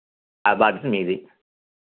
బాధ్యత మీది